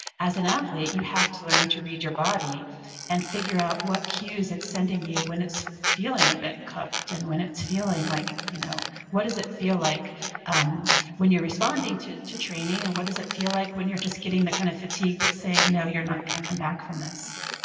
as an athlete, you have to learn to read your body and figure out what cues it's sending you when it's feeling a bit cooked and when it's feeling like, you know what does it feel like um when you're responding to to training, and what does it feel like when you're just getting the kind of fatigue that's saying, no, you're not going to come back from this.